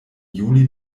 juli